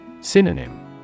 Synonym